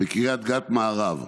בקריית גת מערב.